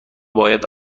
باید